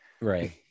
Right